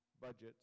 budgets